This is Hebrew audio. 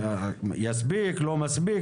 מספיק, לא מספיק?